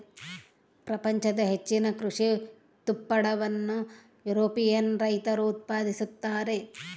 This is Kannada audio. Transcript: ಪ್ರಪಂಚದ ಹೆಚ್ಚಿನ ಕೃಷಿ ತುಪ್ಪಳವನ್ನು ಯುರೋಪಿಯನ್ ರೈತರು ಉತ್ಪಾದಿಸುತ್ತಾರೆ